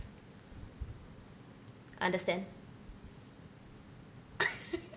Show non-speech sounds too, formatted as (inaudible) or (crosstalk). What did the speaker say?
understand (laughs)